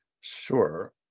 Sure